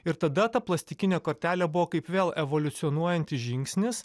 ir tada ta plastikinė kortelė buvo kaip vėl evoliucionuojantis žingsnis